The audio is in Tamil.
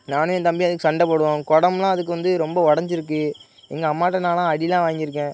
நானும் என் தம்பியும் அதுக்கு சண்டை போடுவோம் குடம்லாம் அதுக்கு வந்து ரொம்ப ஒடைஞ்சிருக்கு எங்கள் அம்மாட்ட நான்லாம் அடிலாம் வாங்கியிருக்கேன்